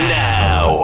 now